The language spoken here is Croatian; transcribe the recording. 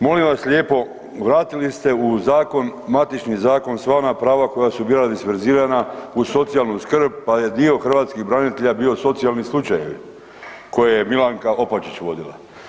Molim vas lijepo vratili ste u zakon matični zakon sva ona prava koja su bila disperzirana u socijalnu skrb, pa je dio hrvatskih branitelja bio socijalni slučajevi koje je Milanka Opačić vodila.